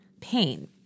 pain